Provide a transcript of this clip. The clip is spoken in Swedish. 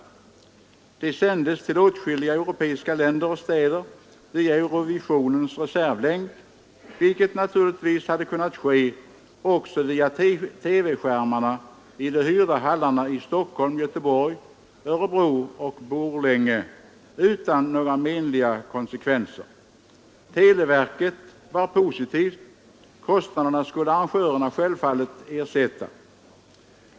Gudstjänsterna sändes till åtskilliga europeiska länder och städer via Eurovisionens reservlänk, vilket naturligtvis hade kunnat ske också via TV-skärmarna i de hyrda hallarna i Stockholm, Göteborg, Örebro och Borlänge — utan några menliga konsekvenser. Televerket var positivt, och kostnaderna skulle arrangörerna självfallet ersätta.